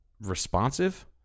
Responsive